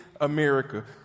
America